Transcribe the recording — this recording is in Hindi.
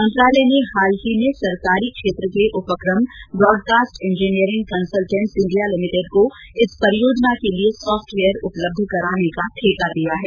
मंत्रालय ने हाल ही में सरकारी क्षेत्र के उपक्रम broadcast engineering consultants India limited को इस परियोजना के लिए सॉफ्टवेयरउपलब्ध कराने का ठेका दिया है